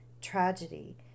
tragedy